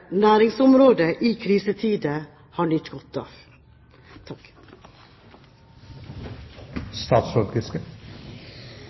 næringsområder i krisetider har nytt godt av.